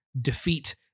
defeat